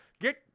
get